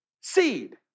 seed